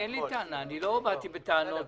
לא באתי בטענות.